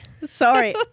Sorry